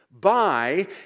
by